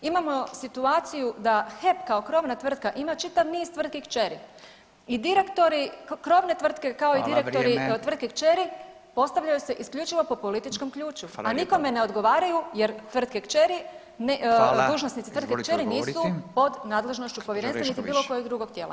Imamo situaciju da HEP kao krovna tvrtka ima čitav niz tvrtki kćeri i direktori krovne tvrtke, kao i direktori tvrtke kćeri postavljaju se isključivo po političkom ključu, a nikome ne odgovaraju jer tvrtke kćeri, dužnosnici tvrtke kćeri nisu pod nadležnošću povjerenstva niti bilo kojeg drugog tijela.